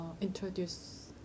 introduce